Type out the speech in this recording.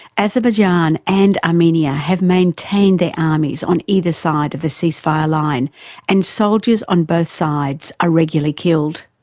azerbaijan and armenia have maintained their armies on either side of the ceasefire line and soldiers on both sides are regularly killed.